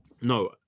No